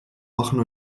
machen